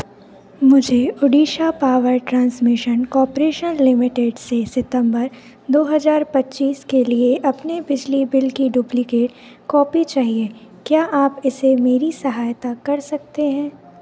मुझे Odisha power transmission corporation limited से सितंबर दो हज़ार पच्चीस के लिए अपने बिजली बिल की डुप्लिकेट कॉपी चाहिए क्या आप इसमें मेरी सहायता कर सकते हैं